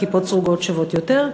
כיפות סרוגות שוות יותר,